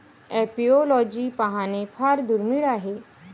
apiology पाहणे फार दुर्मिळ आहे